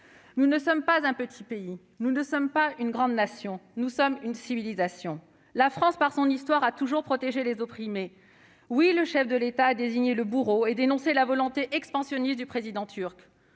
Nous ne sommes ni un petit pays ni une grande nation : nous sommes une civilisation. La France, dans son histoire, a toujours protégé les opprimés. Oui, le chef de l'État a désigné le bourreau et dénoncé la volonté expansionniste du président turc.